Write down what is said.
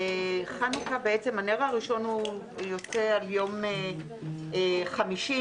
נר ראשון של חנוכה ביום חמישי,